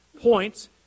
points